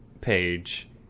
page